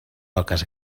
oques